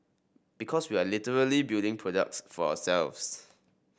because we are literally building products for ourselves